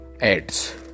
ads